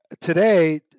Today